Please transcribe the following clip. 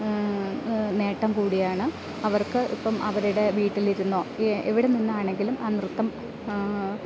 നേട്ടം കൂടിയാണ് അവർക്ക് ഇപ്പം അവരുടെ വീട്ടിലിരുന്നോ എവിടെ നിന്ന് ആണെങ്കിലും ആ നൃത്തം